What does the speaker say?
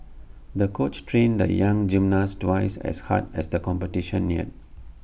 the coach trained the young gymnast twice as hard as the competition neared